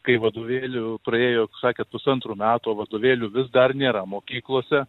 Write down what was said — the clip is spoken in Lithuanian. kai vadovėlių praėjo sakėt pusantrų metų o vadovėlių vis dar nėra mokyklose